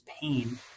pain